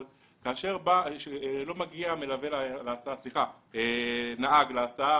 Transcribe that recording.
אבל כאשר לא מגיע נהג להסעה,